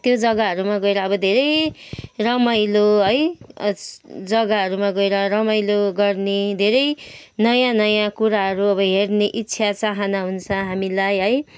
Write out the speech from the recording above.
त्यो जग्गाहरूमा गएर अब धेरै रमाइलो है जग्गाहरूमा गएर रमाइलो गर्ने धेरै नयाँ नयाँ कुराहरू अब हेर्ने इच्छा चाहना हुन्छ हामीलाई है